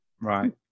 right